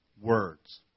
words